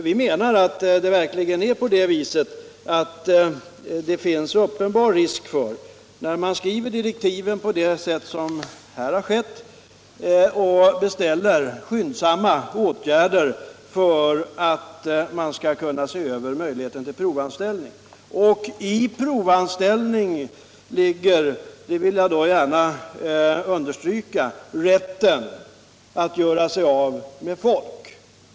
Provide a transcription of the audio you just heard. Vi menar att det verkligen föreligger en uppenbar risk när man skriver direktiv på det sätt som här skett och beställer skyndsamma åtgärder för att kunna se över möjligheten till provanställning. Och i systemet med provanställning ligger — det vill jag då gärna understryka — rätten att göra sig av med folk.